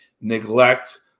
neglect